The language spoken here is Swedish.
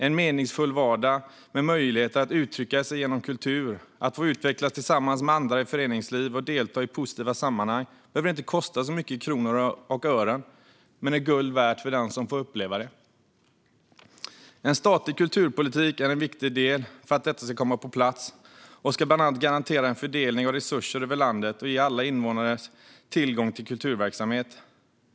En meningsfull vardag med möjlighet att uttrycka sig genom kultur, utvecklas tillsammans med andra i föreningsliv och delta i positiva sammanhang behöver inte kosta så mycket i kronor och ören, men den är guld värd för den som får uppleva den. Den statliga kulturpolitiken är en viktig del för att detta ska komma på plats. Den ska bland annat garantera en fördelning av resurser över landet och ge alla invånare tillgång till kulturverksamhet.